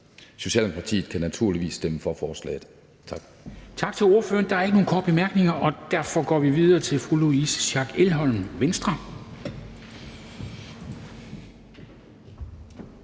Socialdemokratiet kan naturligvis stemme for forslaget. Tak.